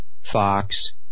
Fox